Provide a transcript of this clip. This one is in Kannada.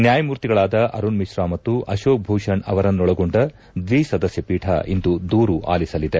ನ್ಲಾಯಮೂರ್ತಿಗಳಾದ ಅರುಣ್ ಮಿಶ್ರಾ ಮತ್ತು ಅಶೋಕ್ ಭೂಷಣ್ ಅವರನ್ನೊಳಗೊಂಡ ದ್ವಿಸದಸ್ಯ ಪೀಠ ಇಂದು ದೂರು ಆಲಿಸಲಿದೆ